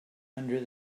under